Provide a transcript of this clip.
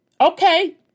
okay